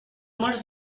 molts